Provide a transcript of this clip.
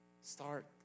Start